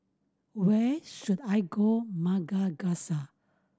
where should I go